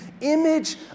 image